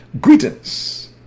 greetings